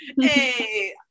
hey